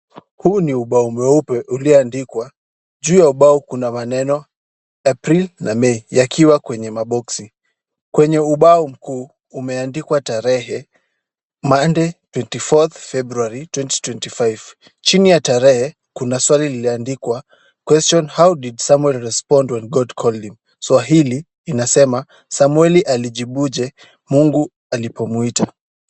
Huu ni ubao mweupe ulioandikwa. Juu ya ubao huo kuna maneno: April na May yakiwa kwenye maboksi. Kwenye ubao mkuu umeandikwa tarehe: Monday, 24 February 2025 . Chini ya tarehe, kuna swali lililoandikwa: Question, how did Samuel respond when God called him? Swalihili inasema, Samueli alijibuje Mungu alipomuita?